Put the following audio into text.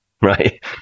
right